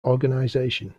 organisation